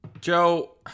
Joe